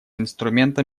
инструмента